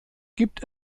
gibt